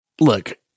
Look